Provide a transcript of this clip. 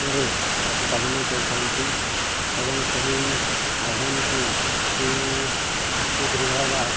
ରେ ପଶୁପାଳନ କରିଥାନ୍ତି ଏବଂ ସେହି ଆହ୍ୱାନକୁ ସୁଦୃଢ଼ ହେବା